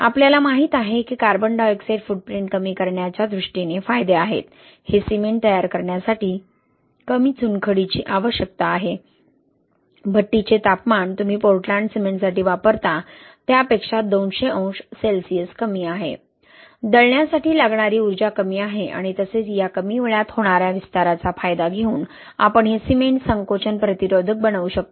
आपल्याला माहित आहे की कार्बन डाय ऑक्साइड फूटप्रिंट कमी करण्याच्या दृष्टीने फायदे आहेत हे सिमेंट तयार करण्यासाठी कमी चुनखडीची आवश्यकता आहे भट्टीचे तापमान तुम्ही पोर्टलँड सिमेंटसाठी वापरता त्यापेक्षा 200 अंश सेल्सिअस कमी आहे दळण्यासाठी लागणारी ऊर्जा कमी आहे आणि तसेच या कमी वेळात होणाऱ्या विस्ताराचा फायदा घेऊन आपण हे सिमेंट संकोचन प्रतिरोधक बनवू शकतो